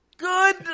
Good